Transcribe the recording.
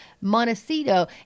Montecito